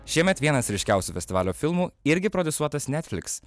šiemet vienas ryškiausių festivalio filmų irgi prodiusuotas netflix